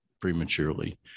prematurely